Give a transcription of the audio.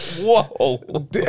Whoa